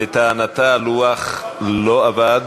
לטענתה הלוח לא עבד.